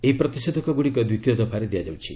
ଏହି ପ୍ରତିଷେଧକ ଗୁଡ଼ିକ ଦ୍ୱିତୀୟ ଦଫାରେ ଦିଆଯାଉଛି